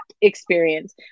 experience